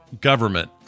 government